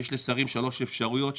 יש לשרים שלוש אפשרויות,